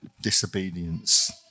disobedience